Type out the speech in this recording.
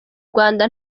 rwanda